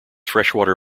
freshwater